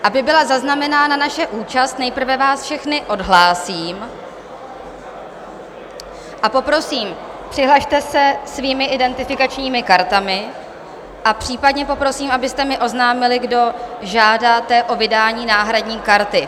Aby byla zaznamenána naše účast, nejprve vás všechny odhlásím a poprosím, přihlaste se svými identifikačními kartami, a případně poprosím, abyste mi oznámili, kdo žádáte o vydání náhradní karty.